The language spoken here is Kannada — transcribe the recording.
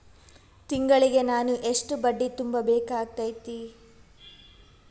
ತಿಂಗಳಿಗೆ ನಾನು ಎಷ್ಟ ಬಡ್ಡಿ ತುಂಬಾ ಬೇಕಾಗತೈತಿ?